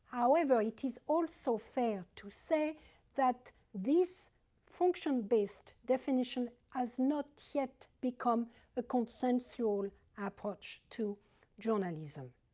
however, it is also fair to say that this function-based definition has not yet become the consensual approach to journalism.